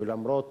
ולמרות